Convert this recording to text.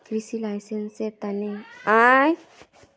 कृषि लाइसेंस स तोक कीटनाशक आर खाद आदि मिलवा सख छोक